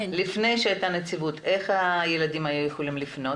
לפני שהייתה נציבות, איך הילדים היו יכולים לפנות,